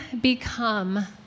become